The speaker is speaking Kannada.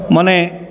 ಮನೆ